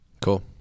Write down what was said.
Cool